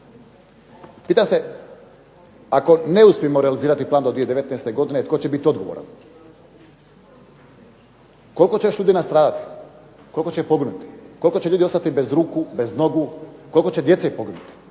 Pitam se, ako ne uspijemo realizirati plan do 2019. godine tko će biti odgovoran? Koliko će još ljudi nastradati? Koliko će ih poginuti? Koliko će ljudi ostati bez ruku, bez nogu? Koliko će djece poginuti?